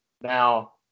Now